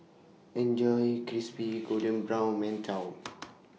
Enjoy Crispy Golden Brown mantou